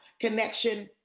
connection